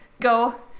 go